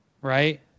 right